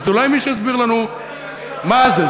אז אולי מישהו יסביר לנו מה זה?